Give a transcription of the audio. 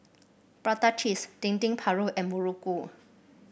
Prata Cheese Dendeng Paru and muruku